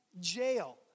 jail